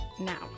Now